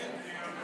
כן.